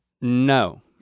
No